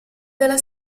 della